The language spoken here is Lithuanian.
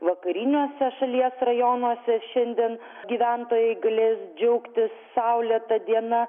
vakariniuose šalies rajonuose šiandien gyventojai galės džiaugtis saulėta diena